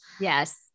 Yes